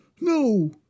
No